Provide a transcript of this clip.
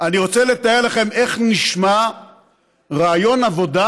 אני רוצה לתאר לכם איך נשמע ריאיון עבודה